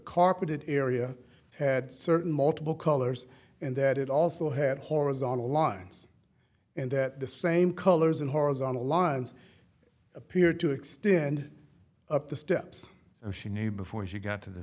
carpeted area had certain multiple colors and that it also had horizontal lines and that the same colors and horizontal lines appear to extend up the steps and she knew before she got to the